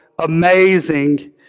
amazing